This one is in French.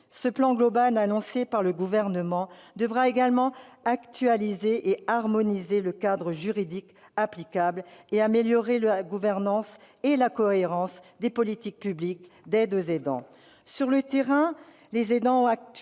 Ce plan global, annoncé par le Gouvernement, devra également actualiser et harmoniser le cadre juridique applicable et améliorer la gouvernance et la cohérence des politiques publiques d'aide aux aidants. Sur le terrain, en effet, les aidants ont